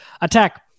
attack